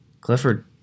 Clifford